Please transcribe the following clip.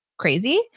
crazy